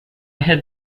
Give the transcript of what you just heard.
had